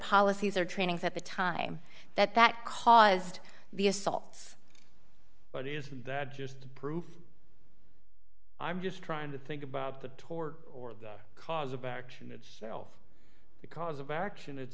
policies or trainings at the time that that caused the assaults but isn't that just proof i'm just trying to think about the tour or the cause of action itself because of action it